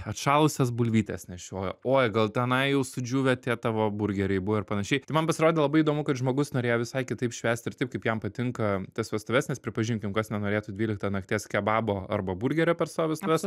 atšalusias bulvytės nešiojo oi gal tenai jau sudžiūvę tie tavo burgeriai buvo ir panašiai tai man pasirodė labai įdomu kad žmogus norėjo visai kitaip švęsti ir taip kaip jam patinka tas vestuves nes pripažinkim kas nenorėtų dvyliktą nakties kebabo arba burgerio per savo vestuves